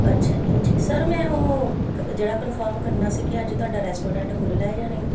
ਅੱਛਾ ਜੀ ਅੱਛਾ ਸਰ ਮੈਂ ਉਹ ਜਿਹੜਾ ਕਨਫਰਮ ਕਰਨਾ ਸੀ ਕਿ ਅੱਜ ਤੁਹਾਡਾ ਰੈਸਟੋਰੈਂਟ ਖੁੱਲ੍ਹਾ ਜਾਂ ਨਹੀਂ